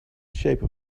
shape